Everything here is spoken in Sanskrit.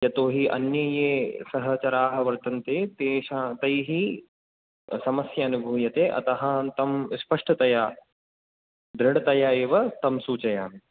यतो हि अन्ये ये सहचराः वर्तन्ते तेषा तैः समस्या अनुभूयते अतः अहं तं स्पष्टतया दृढतया एव तं सूचयामि